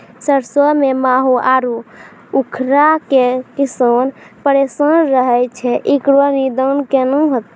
सरसों मे माहू आरु उखरा से किसान परेशान रहैय छैय, इकरो निदान केना होते?